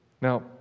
Now